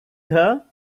her